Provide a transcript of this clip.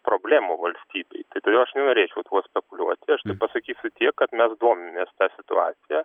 problemų valstybei tai aš nenorėčiau tuo spekuliuoti aš pasakysiu tiek kad mes domimės ta situacija